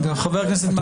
חבר הכנסת מקלב, בבקשה.